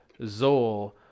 Zol